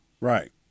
Right